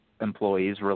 employees